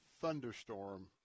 thunderstorm